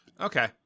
Okay